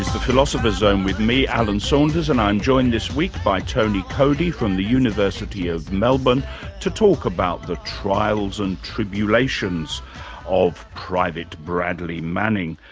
the philosopher's zone with me, alan saunders, and i'm joined this week by tony coady from the university of melbourne to talk about the trials and tribulations of private bradley manning.